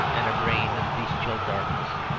and a brain of bestial darkness,